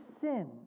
sin